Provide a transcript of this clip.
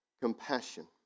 compassion